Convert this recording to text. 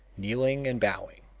kneeling and bowing.